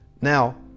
Now